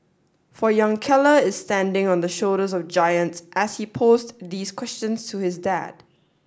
for young Keller is standing on the shoulders of giants as he posed these questions to his dad